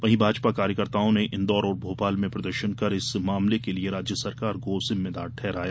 वहीं भाजपा कार्यकर्ताओं ने इंदौर और भोपाल में प्रदर्शन कर इस मामले के लिये राज्य सरकार को जिम्मेदार ठहराया